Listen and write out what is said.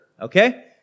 okay